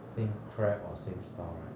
same crab or same style right